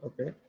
okay